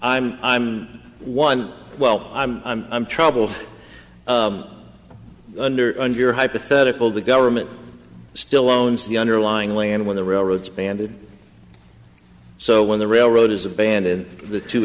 i'm i'm one well i'm i'm troubled under your hypothetical the government still owns the underlying land when the railroads banded so when the railroad is a band and the two